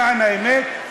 למען האמת,